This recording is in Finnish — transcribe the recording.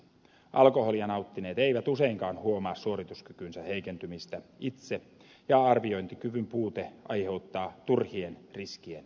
alkoholia nauttineet eivät useinkaan huomaa suorituskykynsä heikentymistä itse ja arviointikyvyn puute aiheuttaa turhien riskien ottamista